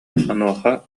онуоха